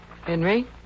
Henry